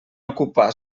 ocupar